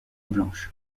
blanche